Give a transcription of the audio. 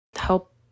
help